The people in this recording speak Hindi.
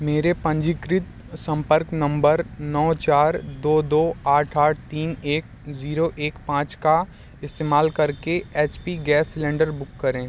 मेरे पंजीकृत संपर्क नम्बर नौ चार दो दो आठ आठ तीन एक ज़ीरो एक पाँच का इस्तेमाल करके H P gas cylinder book करें